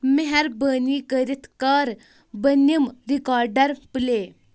مہربٲنی کٔرِتھ کر بٔنِم رِکارڈر پلے